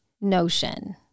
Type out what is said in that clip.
notion